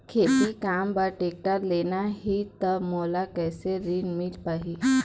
खेती काम बर टेक्टर लेना ही त मोला कैसे ऋण मिल पाही?